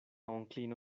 onklino